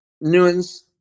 nuance